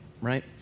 right